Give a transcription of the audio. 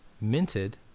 Minted